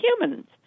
humans